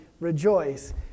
rejoice